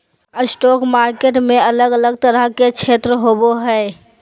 stock market में अलग अलग तरह के क्षेत्र होबो हइ